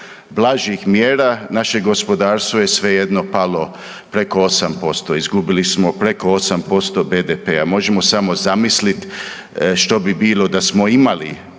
blažih mjera naše gospodarstvo je svejedno palo preko 8%. Izgubili smo preko 8% BDP-a. Možemo samo zamisliti što bi bilo da smo imali